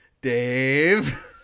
Dave